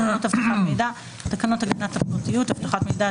"תקנות אבטחת מידע" תקנות הגנת הפרטיות (אבטחת מידע),